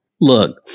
Look